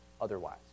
otherwise